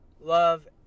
love